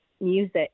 music